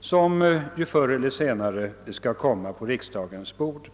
som förr eller senare ju skall komma på riksdagens bord.